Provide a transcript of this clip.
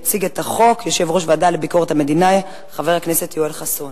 יציג את החוק יושב-ראש הוועדה לביקורת המדינה חבר הכנסת יואל חסון.